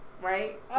right